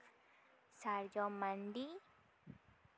ᱥᱟᱨᱡᱚᱢ ᱢᱟᱱᱰᱤ